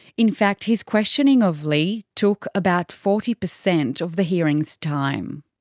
in fact his questioning of leigh, took about forty percent of the hearing's time.